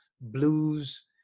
blues